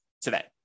today